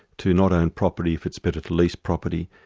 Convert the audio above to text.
to not own property if it's better to lease property,